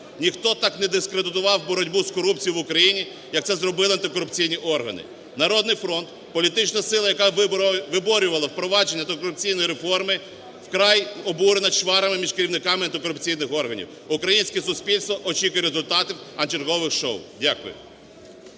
Ніхто так не дискредитував боротьбу з корупцією в Україні, як це зробили антикорупційні органи. "Народний фронт" – політична сила, яка виборювала впровадження антикорупційної реформи, вкрай обурена чварами між керівниками антикорупційних органів. Українське суспільство очікує результатів, а не чергових шоу. Дякую.